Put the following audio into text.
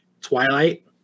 Twilight